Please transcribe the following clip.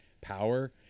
power